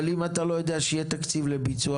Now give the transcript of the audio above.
אבל אם אתה לא יודע שיהיה תקציב לביצוע,